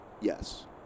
yes